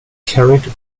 carried